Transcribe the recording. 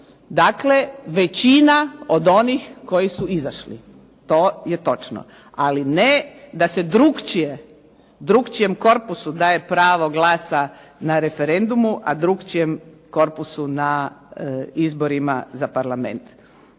Dakle, većina od onih koji su izašli. To je točno, ali ne da se drukčijem korpusu daje pravo glasa na referendumu, a drukčijem korpusu na izborima za Parlament.